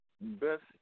best